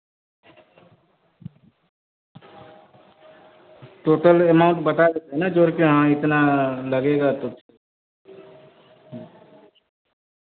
total amount बता देते हैं ना जोड़ कर हाँ इतना लगेगा तो